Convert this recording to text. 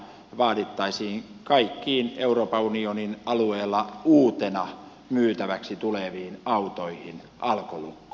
vaadittaisiin kaikkiin euroopan unionin alueella uutena myytäviksi tuleviin autoihin alkolukko